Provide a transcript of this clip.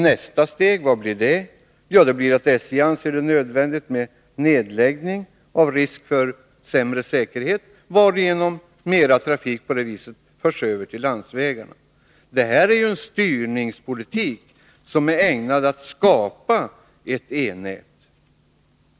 Nästa steg blir att SJ anser det nödvändigt med nedläggning på grund av risk för sämre säkerhet, varigenom mera trafik förs över till landsvägarna. Detta är ju en styrningspolitik som är ägnad att skapa ett e-nät.